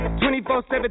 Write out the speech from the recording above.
24-7